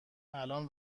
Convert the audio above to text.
الآن